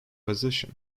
position